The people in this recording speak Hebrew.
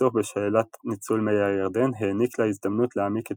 שהסכסוך בשאלת ניצול מי הירדן העניק לה הזדמנות להעמיק את